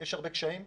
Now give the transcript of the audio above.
שיש הרבה מאוד קשיים,